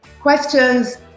Questions